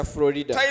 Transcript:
Florida